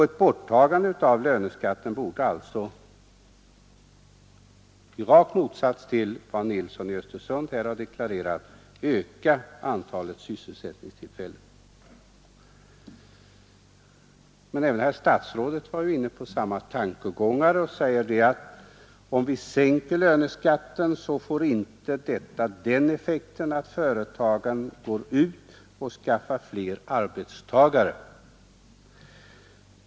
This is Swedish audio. Ett borttagande av löneskatten bör, i motsats till vad herr Nilsson deklarerade, medverka till att antalet sysselsättningstillfällen ökar. Även herr statsrådet var inne på samma tankegångar och sade att om vi sänker löneskatten får det inte den effekten att företagarna går ut och skaffar fler arbetstagare.